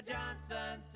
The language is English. Johnson